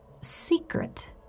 secret